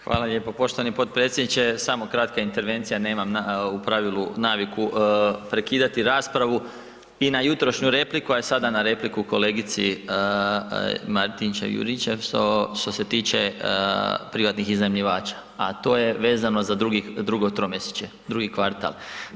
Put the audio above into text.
Hvala lijepo poštovani potpredsjedniče, samo kratka intervencija, nemam u pravilu naviku prekidati raspravu i na jutrošnju repliku a i sada na repliku kolegici Martinčev Juričev što se tiče privatnih iznajmljivača a to je vezano za drugo tromjesečjem, drugi kvartal.